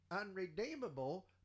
unredeemable